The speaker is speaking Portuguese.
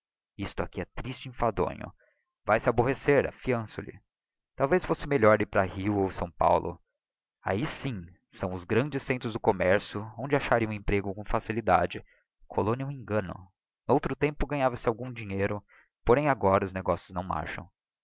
isto aqui é triste e enfadonho vae-se aborrecer afianço-lhe talvez fosse melhor ir para o rio ou s paulo ahi sim são os grandes centros de commercio onde acharia um emprego com facilidade a colónia é um engano n'outro tempo ganhava se algum dinheiro porém agora os negócios não marcham